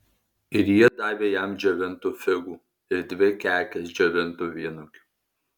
ir jie davė jam džiovintų figų ir dvi kekes džiovintų vynuogių